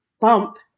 bump